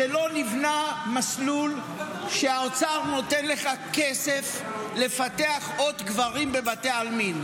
לא נבנה מסלול שבו האוצר נותן לך כסף לפתח עוד קברים בבתי עלמין,